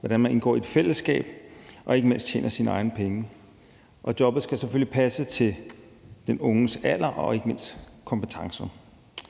hvordan man indgår i et fællesskab, og ikke mindst hvordan man tjener sine egne penge. Jobbet skal selvfølgelig passe til den unges alder og ikke mindst kompetence.